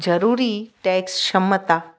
ज़रूरी टैक क्षमता